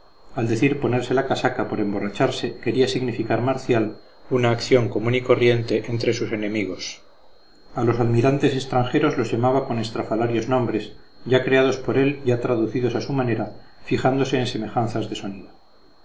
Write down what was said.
al decir ponerse la casaca por emborracharse quería significar marcial una acción común y corriente entre sus enemigos a los almirantes extranjeros los llamaba con estrafalarios nombres ya creados por él ya traducidos a su manera fijándose en semejanzas de sonido